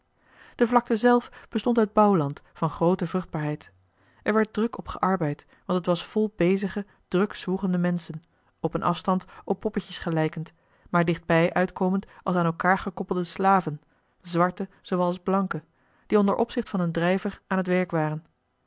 de vlakte zelf bestond uit bouwland van groote vruchtbaarheid er werd druk op gearbeid want t was vol bezige druk zwoegende menschen op een afstand op poppetjes gelijkend maar dichtbij uitkomend als aan elkaar gekoppelde slaven zwarte zoowel als blanke die onder opzicht van een drijver aan het werk waren